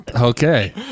Okay